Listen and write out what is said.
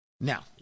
Now